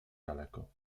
daleko